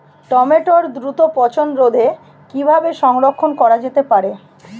টমেটোর দ্রুত পচনরোধে কিভাবে সংরক্ষণ করা যেতে পারে?